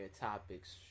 topics